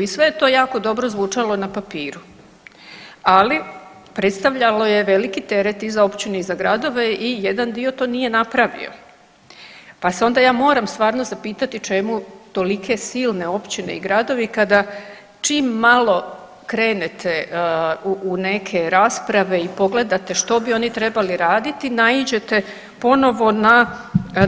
I sve je to jako dobro zvučalo na papiru, ali predstavljalo je veliki teret i za općine i za gradove i jedan dio to nije napravio, pa se onda ja moram stvarno zapitati čemu tolike silne općine i gradovi kada čim malo krenete u neke rasprave i pogledate što bi oni trebali raditi naiđete ponovo na